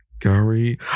Gary